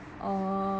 orh